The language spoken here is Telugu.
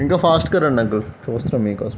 ఇంకా ఫాస్ట్గా రండి అంకుల్ చూస్తున్నాం మీకోసం